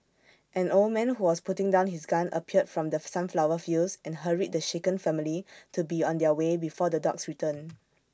an old man who was putting down his gun appeared from the sunflower fields and hurried the shaken family to be on their way before the dogs return